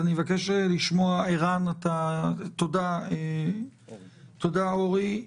תודה אורי,